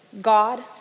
God